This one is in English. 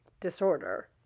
disorder